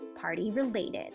party-related